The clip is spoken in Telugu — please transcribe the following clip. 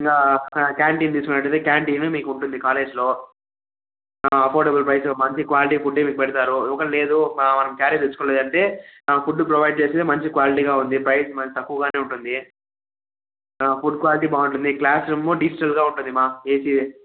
క్యాంటీన్ తెచుకున్నట్లయితే క్యాంటీన్ మీకు ఉంటుంది కాలేజ్లో ఆఫోర్డబుల్ ప్రైజ్ మంచి క్వాలిటీ ఫుడ్ మీకు పెడతారు ఒకవేళ లేదు మనం క్యారేజ్ తెచ్చుకోలేదంటే ఫుడ్ ప్రొవైడ్ చేసేది మంచి క్వాలిటీగా ఉంది బయట మనకి తక్కువగానే ఉంటుంది ఫుడ్ క్వాలిటీ బాగుంటుంది క్లాస్ రూమ్ డిజిటల్గా ఉంటుంది మా ఏసీ